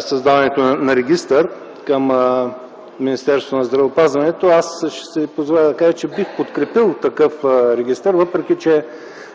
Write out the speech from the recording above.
създаването на регистър към Министерството на здравеопазването. Бих подкрепил такъв регистър, макар че